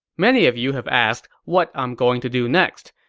many of you have asked what i'm going to do next.